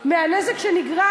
מהנזק שנגרם,